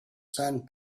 sand